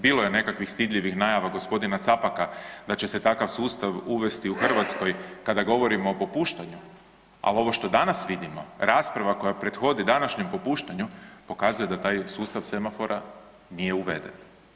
Bilo je nekakvih stidljivih najava g. Capaka da će se takav sustav uvesti u Hrvatskoj kada govorimo o popuštanju, al ovo što danas vidimo, rasprava koja prethodi današnjem popuštanju pokazuje da taj sustav semafora nije uveden.